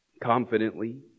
confidently